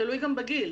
תלוי גם בגיל.